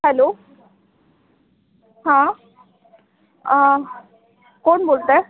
hello हां कोण बोलत आहे